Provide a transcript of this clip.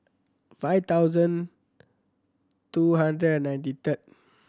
five thousand two hundred and ninety third